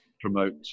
promote